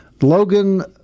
Logan